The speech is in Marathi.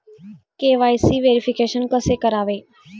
के.वाय.सी व्हेरिफिकेशन कसे करावे?